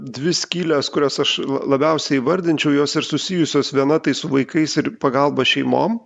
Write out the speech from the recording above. dvi skylės kurias aš labiausiai įvardinčiau jos ir susijusios viena tai su vaikais ir pagalba šeimom